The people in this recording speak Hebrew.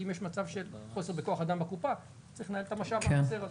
אם יש מצב של חוסר בכוח אדם בקופה צריך לנהל את המשאב החסר הזה.